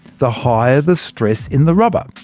the higher the stress in the rubber.